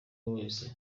wese